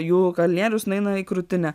jų kalnierius nueina į krūtinę